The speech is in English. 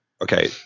okay